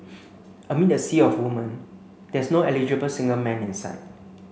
amid the sea of women there's no eligible single man in sight